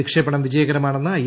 വിക്ഷേപണം വിജയകരമാണെന്ന് ഐ